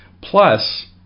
Plus